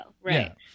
Right